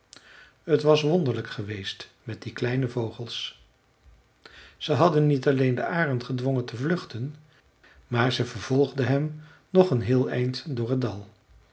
t was wonderlijk geweest met die kleine vogels zij hadden niet alleen den arend gedwongen te vluchten maar ze vervolgden hem nog een heel eind door het dal